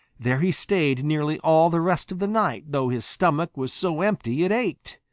there he stayed nearly all the rest of the night, though his stomach was so empty it ached.